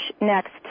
next